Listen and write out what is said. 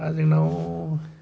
दा जोंनाव